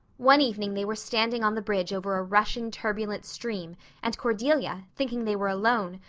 one evening they were standing on the bridge over a rushing turbulent stream and cordelia, thinking they were alone,